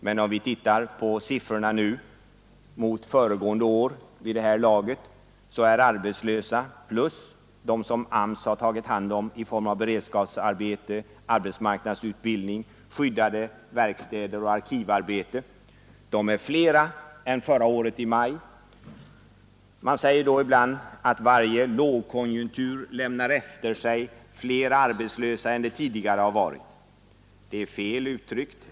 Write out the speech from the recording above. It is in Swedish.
Men om vi jämför dagens siffror med siffrorna från föregående år vid den här tiden, så finner vi att de arbetslösa plus de som AMS tagit hand om genom beredskapsarbete, arbetsmarknadsutbildning, skyddade verkstäder och arkivarbete är flera än i maj förra året. Man säger då ibland att varje lågkonjunktur lämnar efter sig fler arbetslösa än det tidigare har varit. Det är fel uttryckt.